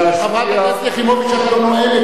חברת הכנסת יחימוביץ, את לא נואמת.